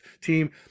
team